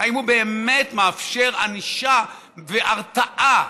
אם הוא באמת מאפשר ענישה והרתעה.